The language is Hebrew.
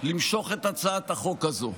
למשוך את הצעת החוק הזאת,